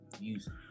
music